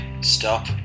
stop